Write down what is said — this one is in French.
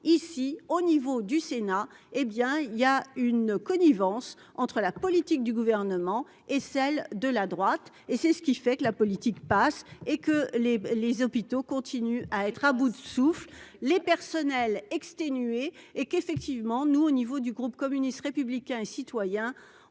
ici au niveau du sénat, hé bien il y a une connivence entre la politique du gouvernement et celle de la droite, et c'est ce qui fait que la politique passe et que les les hôpitaux continuent à être à bout de souffle, les personnels exténué et qu'effectivement nous au niveau du groupe communiste républicain et citoyen,